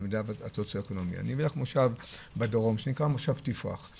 לדוגמה, מושב תפרח בדרום.